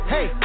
Hey